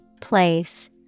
Place